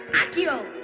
akio.